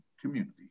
community